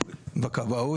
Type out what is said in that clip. ובכבאות,